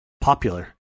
popular